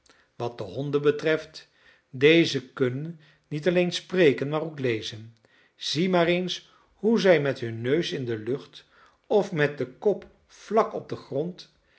wat de honden betreft deze kunnen niet alleen spreken maar ook lezen zie maar eens hoe zij met hun neus in de lucht of met den kop vlak op den grond